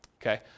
okay